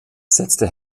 setzte